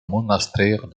monastère